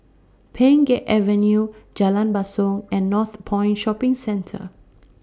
Pheng Geck Avenue Jalan Basong and Northpoint Shopping Centre